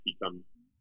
becomes